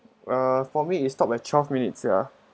uh for me it stop at twelve minutes ya